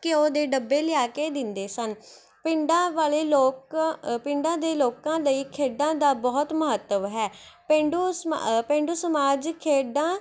ਘਿਓ ਦੇ ਡੱਬੇ ਲਿਆ ਕੇ ਦਿੰਦੇ ਸਨ ਪਿੰਡਾਂ ਵਾਲੇ ਲੋਕ ਪਿੰਡਾਂ ਦੇ ਲੋਕਾਂ ਲਈ ਖੇਡਾਂ ਦਾ ਬਹੁਤ ਮਹੱਤਵ ਹੈ ਪੇਂਡੂ ਸਮਾ ਪੇਂਡੂ ਸਮਾਜ ਖੇਡਾਂ